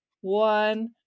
one